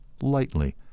lightly